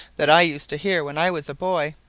that i used to hear when i was a boy,